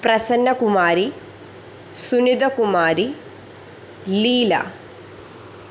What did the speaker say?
Prasannakumari Sunithakumari Leela